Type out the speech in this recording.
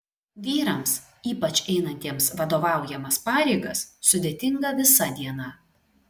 vyrams ypač einantiems vadovaujamas pareigas sudėtinga visa diena